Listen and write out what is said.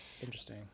interesting